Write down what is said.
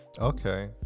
Okay